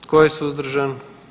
Tko je suzdržan?